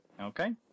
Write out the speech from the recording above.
Okay